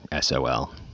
SOL